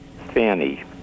Fanny